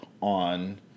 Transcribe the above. on –